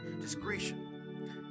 discretion